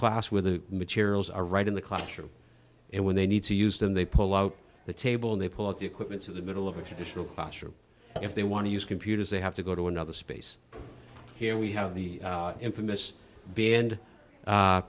class where the materials are right in the classroom and when they need to use them they pull out the table and they pull out the equipment in the middle of a traditional classroom and if they want to use computers they have to go to another space here we have the infamous ban